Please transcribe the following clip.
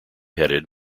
headed